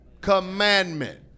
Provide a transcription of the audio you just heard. commandment